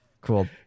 cool